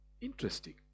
interesting